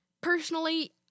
Personally